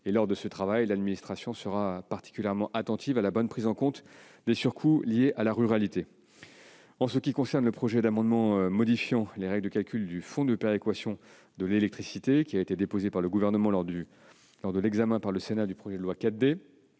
n'a été prise. L'administration sera particulièrement attentive à la bonne prise en compte des surcoûts liés à la ruralité. L'amendement visant à modifier les règles de calcul du Fonds de péréquation de l'électricité qui a été déposé par le Gouvernement lors de l'examen par le Sénat du projet de loi